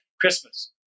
Christmas